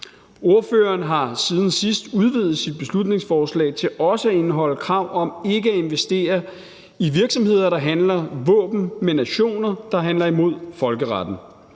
Ordføreren har siden sidst udvidet sit beslutningsforslag til også at indeholde krav om ikke at investere i virksomheder, der handler våben med nationer, der handler imod folkeretten.